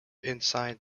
inside